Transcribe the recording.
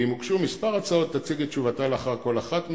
ואם הוגשו מספר הצעות תציג את תשובתה לאחר כל אחת מהן,